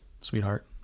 sweetheart